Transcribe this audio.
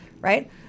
right